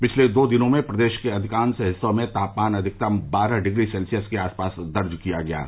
पिछले दो दिनों में प्रदेश के अधिकांश हिस्सों में तापमान अधिकतम बारह डिग्री सेल्सियस के आस पास दर्ज किया जा रहा है